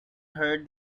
heard